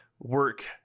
work